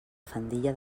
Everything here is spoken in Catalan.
faldilla